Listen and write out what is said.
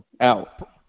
Out